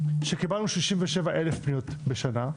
כשקיבלנו 67,000 פניות בשנה,